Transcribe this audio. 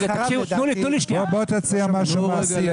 בוא תציע משהו מעשי,